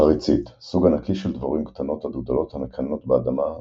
חריצית – סוג ענקי של דבורים קטנות עד גדולות המקננות באדמה,